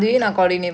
mm